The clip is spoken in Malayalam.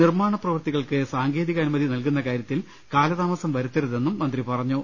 നിർമ്മാണ പ്രവൃത്തികൾക്ക് സാങ്കേതികാനു മതി നൽകുന്ന കാര്യത്തിൽ കാലതാമസം വരുത്തരുതെന്നും മ്പ്രി പറഞ്ഞു